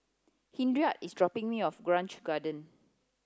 Henriette is dropping me off at Grange Garden